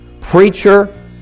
preacher